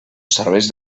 serveix